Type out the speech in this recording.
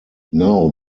now